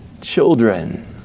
children